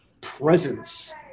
presence